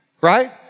Right